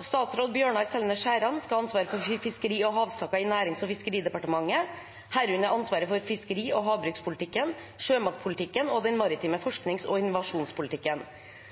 Statsråd Bjørnar Selnes Skjæran skal ha ansvaret for fiskeri- og havsaker i Nærings- og fiskeridepartementet, herunder ansvaret for fiskeri- og havbrukspolitikken, sjømatpolitikken og den maritime forsknings- og innovasjonspolitikken.